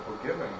forgiving